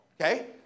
Okay